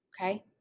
Okay